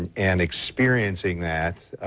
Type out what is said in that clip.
and and experiencing that,